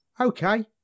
okay